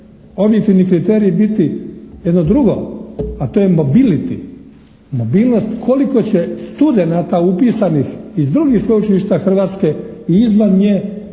objektivni kriteriji biti jedno drugo a to je mobility, mobilnost koliko će studenata upisanih iz drugih sveučilišta Hrvatske i izvan nje htjeti